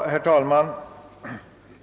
Herr talman!